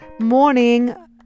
morning